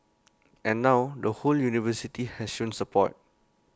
and now the whole university has shown support